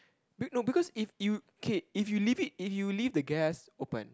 no because if you okay if you leave it if you leave the gas open